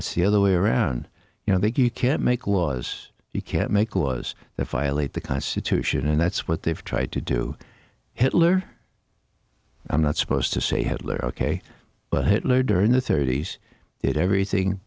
it's the other way around you know they can't make laws you can't make was that file a the constitution and that's what they've tried to do hitler i'm not supposed to say hadleigh ok but hitler during the thirty's it everything